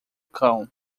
cão